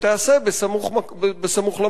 שתיעשה סמוך למקום?